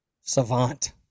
savant